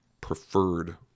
preferred